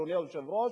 אדוני היושב-ראש,